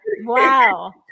Wow